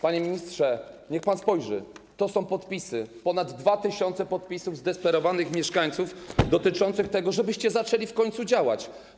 Panie ministrze, niech pan spojrzy, to są podpisy, ponad 2 tys. podpisów zdesperowanych mieszkańców pod tym, żebyście zaczęli w końcu działać.